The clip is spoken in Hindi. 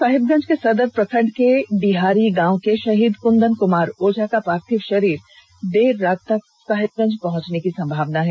साहिबगंज के सदर प्रखंड के डीहारी गांव के शहीद कुंदन कुमार ओझा का पार्थिव शरीर देर रात तक साहिबगंज पहुंचने की संभावना है